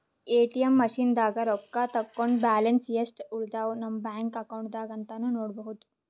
ATM ಮಷಿನ್ದಾಗ್ ರೊಕ್ಕ ತಕ್ಕೊಂಡ್ ಬ್ಯಾಲೆನ್ಸ್ ಯೆಸ್ಟ್ ಉಳದವ್ ನಮ್ ಬ್ಯಾಂಕ್ ಅಕೌಂಟ್ದಾಗ್ ಅಂತಾನೂ ನೋಡ್ಬಹುದ್